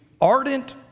ardent